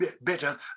better